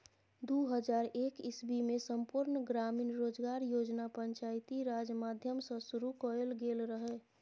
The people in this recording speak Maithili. दु हजार एक इस्बीमे संपुर्ण ग्रामीण रोजगार योजना पंचायती राज माध्यमसँ शुरु कएल गेल रहय